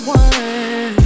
one